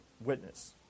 witness